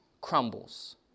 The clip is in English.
crumbles